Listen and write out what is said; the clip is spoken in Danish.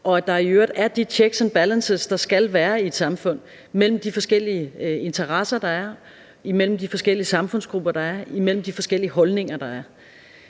og at der i øvrigt er de checks and balances, der skal være i et samfund mellem de forskellige interesser, der er, mellem de forskellige samfundsgrupper, der er, og mellem de forskellige holdninger, der er.